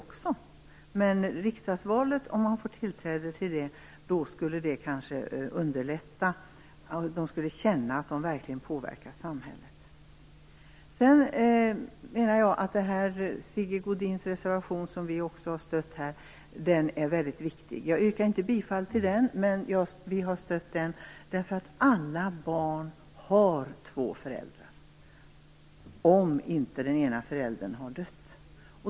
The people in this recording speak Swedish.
Om invandrarna fick tillträde till riksdagsvalet skulle det kanske underlätta för dem så att de skulle känna att de verkligen påverkade samhället. Den reservation som Sigge Godin tog upp är väldigt viktig. Jag yrkar inte bifall till den, men vi har gett den vårt stöd. Alla barn har två föräldrar, om inte den ena föräldern har dött.